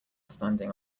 standing